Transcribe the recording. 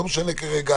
לא משנה כרגע